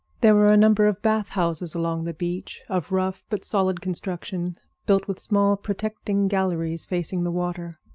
there were a number of bath-houses along the beach, of rough but solid construction, built with small, protecting galleries facing the water.